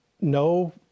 no